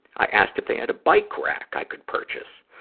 i asked if they had a bike rack i could purchase.